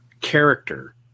character